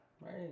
Right